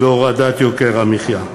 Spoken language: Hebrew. ולהורדת יוקר המחיה.